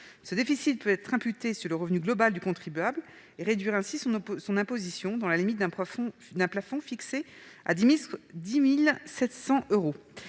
Ce déficit peut être imputé sur le revenu global du contribuable et réduire ainsi son imposition, dans la limite d'un plafond fixé à 10 700 euros.